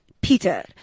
Peter